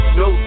no